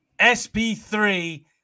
SP3